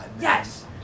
Yes